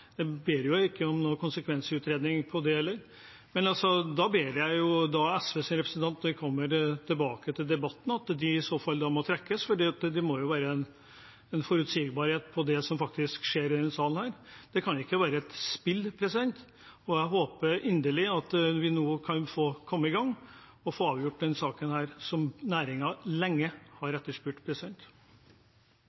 Jeg ber om at SVs representant kommer tilbake i debatten, og at de i så fall trekkes. Det må være en forutsigbarhet for det som skjer i denne salen. Det kan ikke være et spill, og jeg håper inderlig at vi nå kan komme i gang og få avgjort denne saken som næringen lenge har